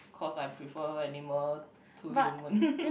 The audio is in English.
cause I prefer animal to human